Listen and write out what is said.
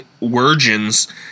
virgins